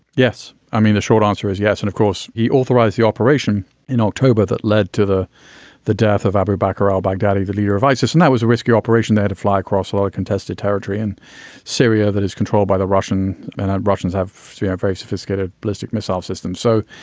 yes. i mean, the short answer is yes. and of course, he authorized the operation in october that led to the the death of abu bakar al baghdadi, the leader of isis. and that was a rescue operation that fly across a lot of contested territory in syria that is controlled by the russian and russians have we have very sophisticated ballistic missile systems. so,